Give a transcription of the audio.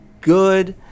good